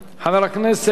חבר הכנסת